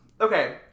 okay